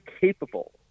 capable